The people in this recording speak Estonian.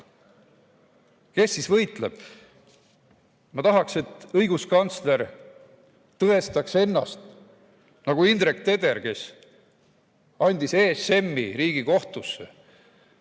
Kes siis võitleb? Ma tahaks, et õiguskantsler tõestaks ennast nagu Indrek Teder, kes andis ESM-i Riigikohtusse.